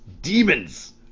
demons